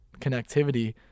connectivity